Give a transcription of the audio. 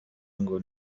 ngo